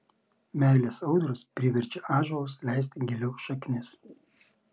meilės audros priverčia ąžuolus leisti giliau šaknis